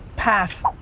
pass.